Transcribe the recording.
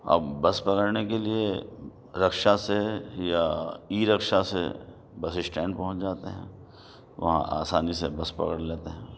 اب بس پکڑنے کے لیے رکشہ سے یا ای رکشہ سے بس اسٹینڈ پہنچ جاتے ہیں وہاں آسانی سے بس پکڑ لیتے ہیں